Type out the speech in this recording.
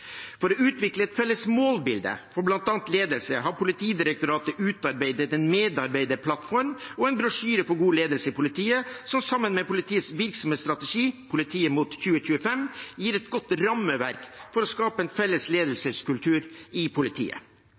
For å utvikle et felles målbilde for bl.a. ledelse har Politidirektoratet utarbeidet en medarbeiderplattform og en brosjyre for god ledelse i politiet, som sammen med politiets virksomhetsstrategi, Politiet mot 2025, gir et godt rammeverk for å skape en felles ledelseskultur i politiet.